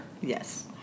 Yes